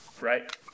right